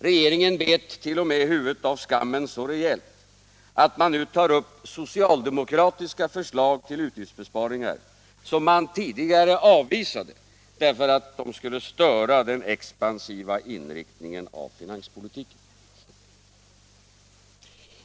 Regeringen bet t.o.m. huvudet av skammen så rejält att man nu tar upp socialdemokratiska förslag till utgiftsbesparingar som man tidigare avvisade för att de skulle störa den expansiva inriktningen av finanspolitiken.